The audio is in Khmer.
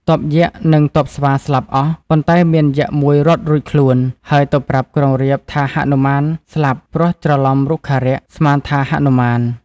ទ័ពយក្សនិង ទ័ពស្វាស្លាប់អស់ ប៉ុន្តែមានយក្សមួយរត់រួចខ្លួន ហើយទៅប្រាប់ក្រុងរាពណ៍ថាហនុមានស្លាប់ ព្រោះច្រឡំរុក្ខរក្ស ស្មានថាហនុមាន។